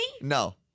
No